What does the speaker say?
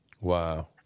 Wow